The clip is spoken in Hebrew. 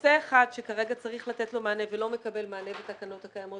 נושא אחד שכרגע צריך לתת לו מענה ולא מקבל מענה בתקנות הקיימות